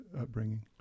upbringing